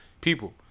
People